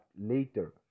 later